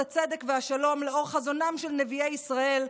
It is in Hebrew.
הצדק והשלום לאור חזונם של נביאי ישראל,